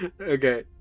Okay